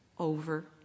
over